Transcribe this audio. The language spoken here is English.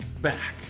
back